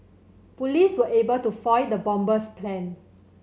police were able to foil the bomber's plan